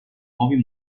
nuovi